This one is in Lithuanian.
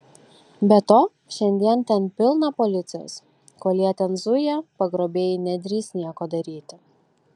be to šiandien ten pilna policijos kol jie ten zuja pagrobėjai nedrįs nieko daryti